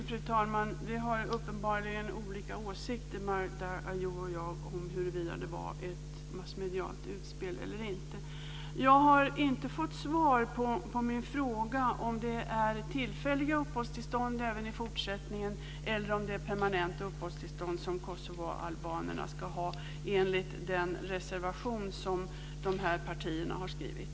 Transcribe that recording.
Fru talman! Vi har uppenbarligen olika åsikter, Magda Ayoub och jag, om huruvida det var ett massmedialt utspel eller inte. Jag har inte fått svar på min fråga om det är tillfälliga uppehållstillstånd även i fortsättningen eller om det är permanenta uppehållstillstånd som kosovoalbanerna ska ha enligt den reservation som dessa partier har skrivit.